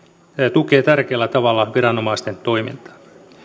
tukee tärkeällä tavalla viranomaisten toimintaa